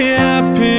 happy